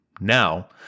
Now